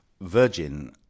Virgin